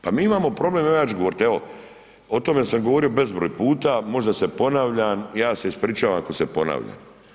Pa mi imamo problem, evo ja ću govoriti, evo o tome sam govorio bezbroj puta, možda se ponavljam, ja se ispričavam ako se ponavljam.